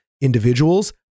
individuals